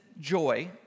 joy